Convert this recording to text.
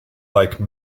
like